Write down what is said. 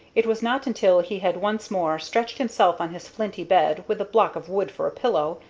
it was not until he had once more stretched himself on his flinty bed, with a block of wood for a pillow,